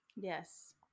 yes